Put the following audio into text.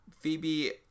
Phoebe